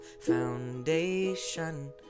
foundation